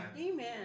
Amen